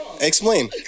Explain